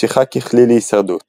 משיכה ככלי להישרדות